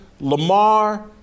Lamar